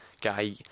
guy